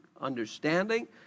understanding